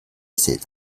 said